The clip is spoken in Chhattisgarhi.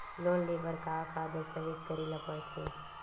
लोन ले बर का का दस्तावेज करेला पड़थे?